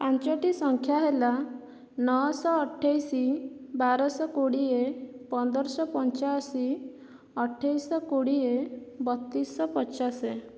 ପାଞ୍ଚୋଟି ସଂଖ୍ୟା ହେଲା ନଅଶହ ଅଠେଇଶ ବାରଶହ କୋଡ଼ିଏ ପନ୍ଦରଶହ ପଞ୍ଚାଅଶୀ ଅଠେଇଶହ କୋଡ଼ିଏ ବତିଶହ ପଚାଶ